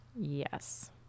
Yes